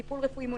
טיפול רפואי מונע,